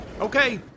Okay